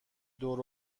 دور